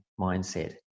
mindset